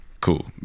cool